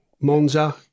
Monza